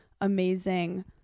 amazing